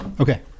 Okay